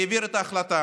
והעביר את ההחלטה